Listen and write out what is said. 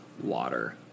water